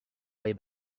way